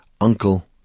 uncle